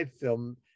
film